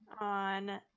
on